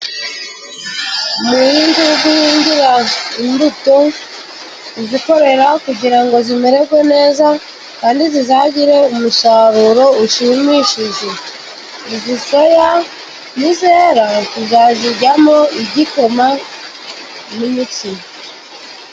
Umuhungu uri guhingira imbuto, uzikorera kugira ngo zimererwe neza, kandi zizagire umusaruro ushimishije. Izi soya nizera tuzaziryamo igikoma n' umitsima.